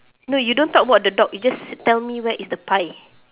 no you don't talk about the dog you just tell me where is the pie